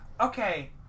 Okay